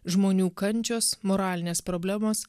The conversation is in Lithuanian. žmonių kančios moralinės problemos